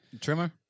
Trimmer